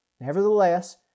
Nevertheless